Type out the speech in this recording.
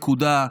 נקודה,